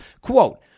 Quote